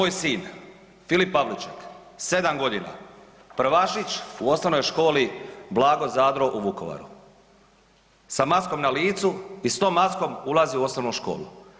Ovo je moj sin Filip Pavliček, 7 godina, prvašić u Osnovnoj školi Blago Zadro u Vukovaru, sa maskom na licu i s tom maskom ulazi u osnovnu školu.